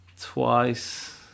Twice